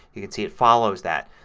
you can see it follows that.